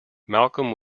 malcolm